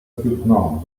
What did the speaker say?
питна